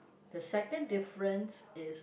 the second difference is